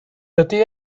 dydy